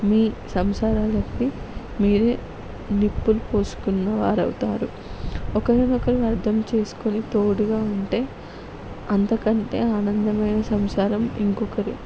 మీ సంసారానికి మీరే నిప్పులు పోసుకున్నవారవుతారు ఒకరినొకరు అర్థం చేసుకొని తోడుగా ఉంటే అంతకంటే ఆనందమైన సంసారం ఇంకొకటి